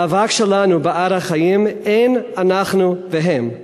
במאבק שלנו בעד החיים אין אנחנו והם,